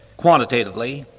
quantitatively,